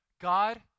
God